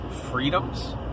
freedoms